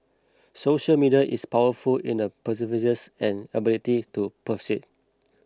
social media is powerful in the pervasiveness and ability to persuade